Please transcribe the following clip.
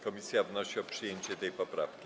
Komisja wnosi o przyjęcie tej poprawki.